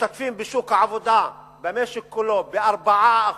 המשתתפים בשוק העבודה במשק כולו ב-4%.